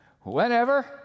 whenever